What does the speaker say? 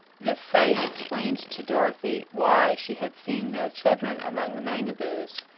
this sight explained to dorothy why she had seen no children among the mangaboos,